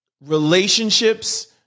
Relationships